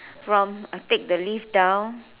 from I take the lift down